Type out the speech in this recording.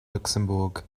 luxembourg